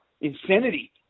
insanity